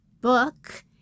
book